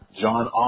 John